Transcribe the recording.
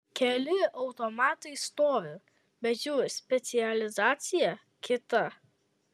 keli automatai stovi bet jų specializacija kita